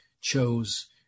chose